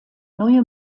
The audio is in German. neue